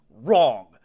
wrong